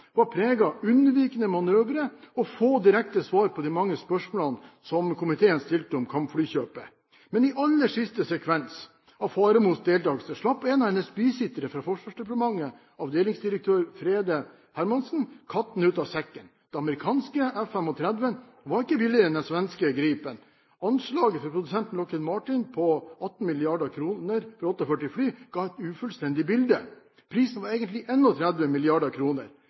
var preget av unnvikende manøvrer og få direkte svar på de mange spørsmålene som komiteen stilte om kampflykjøpet. Men i aller siste sekvens av Faremos deltagelse slapp en av hennes bisittere fra Forsvarsdepartementet, avdelingsdirektør Frede Hermansen, katten ut av sekken. Det amerikanske F-35 var ikke billigere enn den svenske Gripen. Anslaget fra produsenten Lockheed Martin på 18 milliarder kroner for 48 fly ga et «ufullstendig bilde». Prisen var egentlig 31 milliarder kroner.